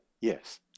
yes